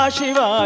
Shiva